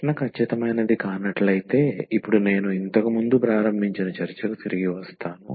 ప్రశ్న ఖచ్చితమైనది కానట్లయితే ఇప్పుడు నేను ఇంతకు ముందు ప్రారంభించిన చర్చకు తిరిగి వస్తాము